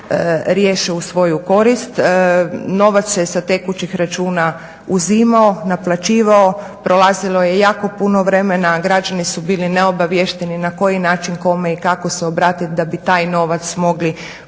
riješe u svoju korist. Novac se sa tekućih računa uzimao, naplaćivao, prolazilo je jako puno vremena, građani su bili neobaviješteni na koji način, kome i kako se obratit da bi taj novac mogli povratit,